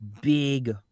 big